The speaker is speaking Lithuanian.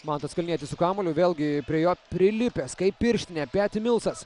mantas kalnietis su kamuoliu vėlgi prie jo prilipęs kaip pirštinė peti milsas